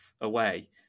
away